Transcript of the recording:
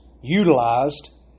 utilized